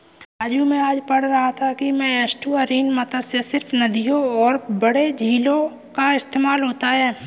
राजू मैं आज पढ़ रहा था कि में एस्टुअरीन मत्स्य सिर्फ नदियों और बड़े झीलों का इस्तेमाल होता है